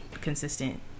consistent